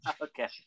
okay